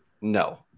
No